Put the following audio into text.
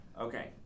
Okay